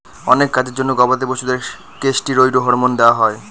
অনেক কাজের জন্য গবাদি পশুদের কেষ্টিরৈড হরমোন দেওয়া হয়